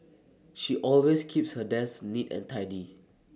she always keeps her desk neat and tidy